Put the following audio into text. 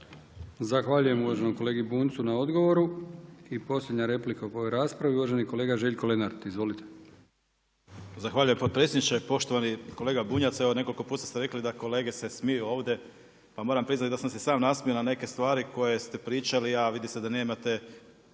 Zahvaljujem uvaženom kolegi Bunjucu na odgovoru. I posljednja replika po ovoj raspravi uvaženi kolega Željko Lenart. Izvolite. **Lenart, Željko (HSS)** Zahvaljujem potpredsjedniče. Poštovani kolega Bunjac. Evo nekoliko puta ste rekli da kolege se smiju ovdje pa moram priznati da sam se sam nasmijao na neke stvari koje ste pričali, a vidi se da nemate